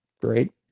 great